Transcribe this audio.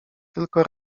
tylko